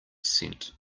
cent